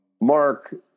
Mark